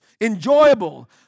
enjoyable